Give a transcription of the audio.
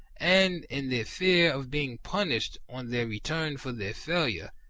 and, in their fear of being punished on their return for their failure,